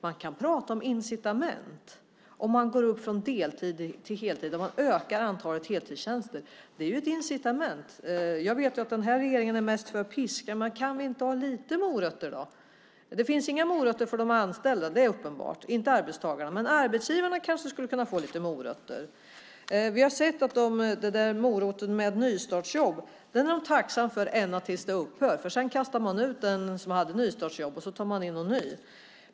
Vi kan prata om incitament om man går upp från deltid till heltid och ökar antalet heltidstjänster. Det är ett incitament. Jag vet att den här regeringen är mest för piska, men kan ni inte ha lite morötter? Det finns inga morötter för de anställda, det är uppenbart, inte för arbetstagarna. Men arbetsgivarna kanske skulle kunna få lite morötter. Vi har sett att moroten med nystartsjobb är man tacksam för ända tills den upphör. Sedan kastar man ut den som hade nystartsjobb, och så tar man in en ny.